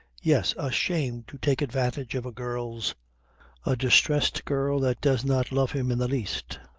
yes! a shame to take advantage of a girl's a distresses girl that does not love him in the least.